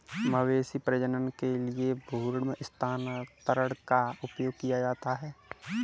मवेशी प्रजनन के लिए भ्रूण स्थानांतरण का उपयोग किया जाता है